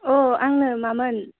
औ आंनो मामोन